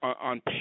on